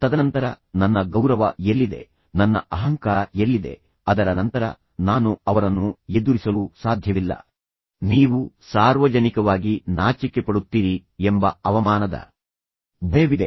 ತದನಂತರ ನನ್ನ ಗೌರವ ಎಲ್ಲಿದೆ ನನ್ನ ಅಹಂಕಾರ ಎಲ್ಲಿದೆ ಅದರ ನಂತರ ನಾನು ಅವರನ್ನು ಎದುರಿಸಲು ಸಾಧ್ಯವಿಲ್ಲ ನೀವು ಸಾರ್ವಜನಿಕವಾಗಿ ನಾಚಿಕೆಪಡುತ್ತೀರಿ ಎಂಬ ಅವಮಾನದ ಭಯವಿದೆ